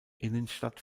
innenstadt